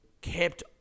kept